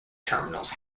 terminals